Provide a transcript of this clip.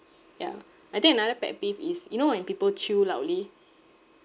yeah I think another pet peeve is you know when people chew loudly